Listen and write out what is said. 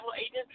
agent